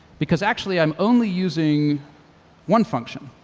because actually, i'm only using one function.